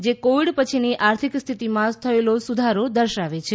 જે કોવિડ પછીની આર્થિક સ્થિતીમાં થયેલો સુધારો દર્શાવે છે